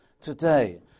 today